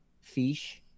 fish